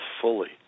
fully